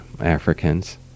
Africans